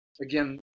again